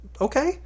okay